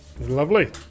lovely